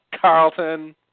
Carlton